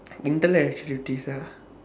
internet activities ah